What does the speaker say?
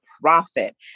profit